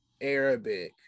arabic